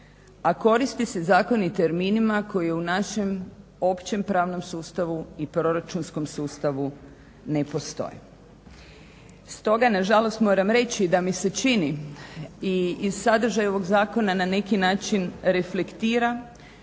a koristi se zakon i terminima koji je u našem općem pravnom sustavu i proračunskom sustavu ne postoje. Stoga, nažalost moram reći da mi se čini i iz sadržaja ovog zakona na neki način reflektira,